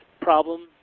problem